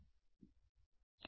విద్యార్థి E r ఉంటుంది